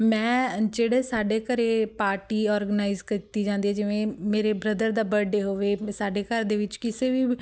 ਮੈਂ ਜਿਹੜੇ ਸਾਡੇ ਘਰ ਪਾਰਟੀ ਔਰਗਨਾਈਜ਼ ਕੀਤੀ ਜਾਂਦੀ ਆ ਜਿਵੇਂ ਮੇਰੇ ਬ੍ਰਦਰ ਦਾ ਬਰਡੇ ਹੋਵੇ ਸਾਡੇ ਘਰ ਦੇ ਵਿੱਚ ਕਿਸੇ ਵੀ